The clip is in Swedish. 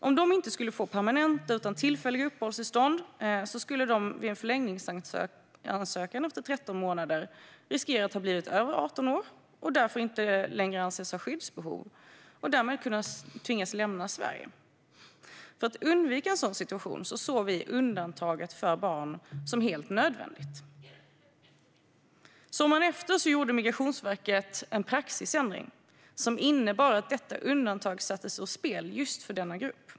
Om de inte skulle få permanenta utan tillfälliga uppehållstillstånd skulle de vid en förlängningsansökan efter 13 månader riskera att ha blivit över 18 år och därför inte längre anses ha skyddsbehov - och därmed kunna tvingas lämna Sverige. För att undvika en sådan situation såg vi undantaget för barn som helt nödvändigt. Sommaren efter gjorde Migrationsverket en praxisändring som innebar att detta undantag sattes ur spel för just denna grupp.